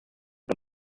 but